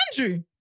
Andrew